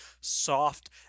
soft